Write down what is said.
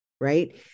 right